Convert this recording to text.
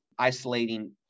isolating